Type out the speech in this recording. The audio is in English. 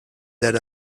that